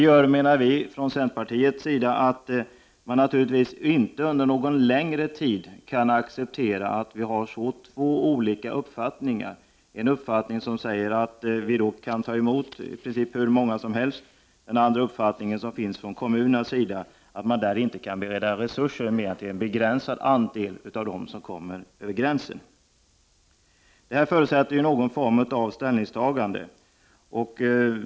Vi menar från centerpartiets sida att detta gör att man inte under någon längre tid kan acceptera att vi har två så olika uppfattningar: en uppfattning att vi kan ta emot i princip hur många flyktningar som helst och en andra uppfattning, som finns från kommunernas sida, att man i kommunerna inte kan bereda plats för mer än en begränsad andel av dem som kommer Över gränsen. Detta förutsätter någon form av ställningstagande.